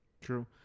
True